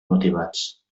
motivats